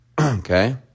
Okay